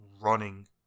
running